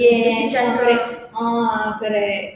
yes correct uh correct